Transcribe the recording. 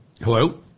Hello